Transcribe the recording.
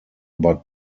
but